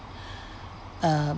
um